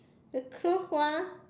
the curve one